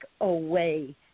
away